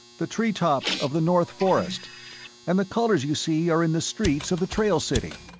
the treetops of the north forest and the colors you see are in the streets of the trailcity.